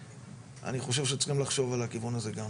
אני חושב שצריכים לחשוב על הכיוון הזה גם.